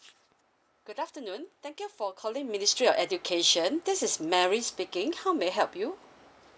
good afternoon thank you for calling ministry of education this is mary speaking how may I help you